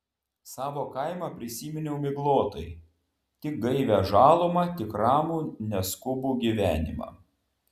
savo kaimą prisiminiau miglotai tik gaivią žalumą tik ramų neskubų gyvenimą